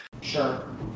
Sure